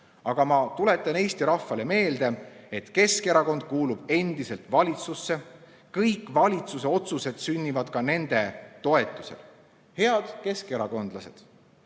Aga ma tuletan Eesti rahvale meelde, et Keskerakond kuulub endiselt valitsusse. Kõik valitsuse otsused sünnivad ka nende toetusel. Head keskerakondlased!